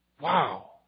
Wow